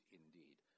indeed